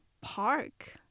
park